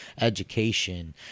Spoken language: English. education